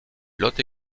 lot